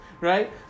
right